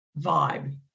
vibe